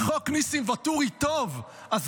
בטח לא אדם שראוי להיות אחראי על שלטון